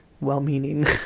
well-meaning